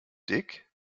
dick